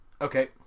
Okay